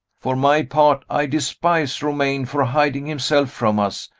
for my part, i despise romayne for hiding himself from us.